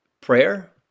prayer